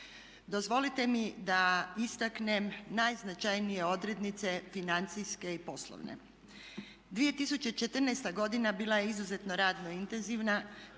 Dozvolite mi da istaknem najznačajnije odrednice financijske i poslovne. 2014. godina bila je izuzetno radno intenzivna